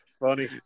Funny